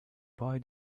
boy